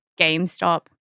GameStop